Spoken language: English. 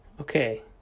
okay